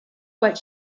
what